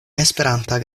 esperanta